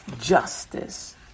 justice